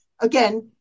again